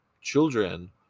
children